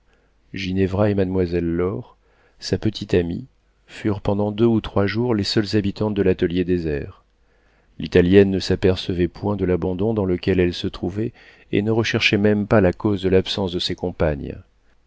plus ginevra et mademoiselle laure sa petite amie furent pendant deux ou trois jours les seules habitantes de l'atelier désert l'italienne ne s'apercevait point de l'abandon dans lequel elle se trouvait et ne recherchait même pas la cause de l'absence de ses compagnes